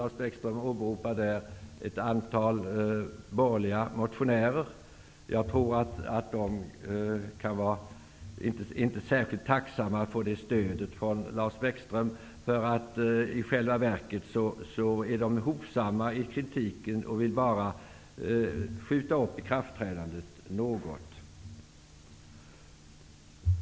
Lars Bäckström åberopade dessutom ett antal borgerliga motionärer. Jag tror att de inte är särskilt tacksamma att få detta stöd från Lars Bäckström. I själva verket är de hovsamma i kritiken och vill bara skjuta upp ikraftträdandet något.